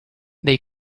they